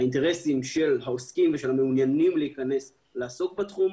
האינטרסים של העוסקים ושל המעוניינים לעסוק בתחום,